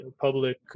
public